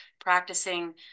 practicing